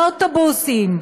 לא אוטובוסים,